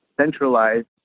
centralized